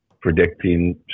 predicting